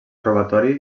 robatori